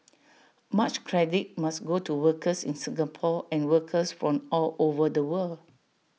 much credit must go to workers in Singapore and workers from all over the world